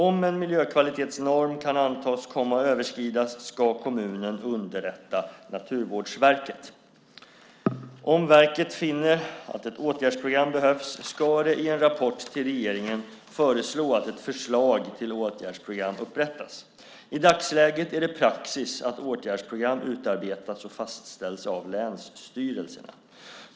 Om en miljökvalitetsnorm kan antas komma att överskridas ska kommunen underrätta Naturvårdsverket. Om verket finner att ett åtgärdsprogram behövs ska det i en rapport till regeringen föreslå att ett förslag till åtgärdsprogram upprättas. I dagsläget är det praxis att åtgärdsprogram utarbetas och fastställs av länsstyrelserna.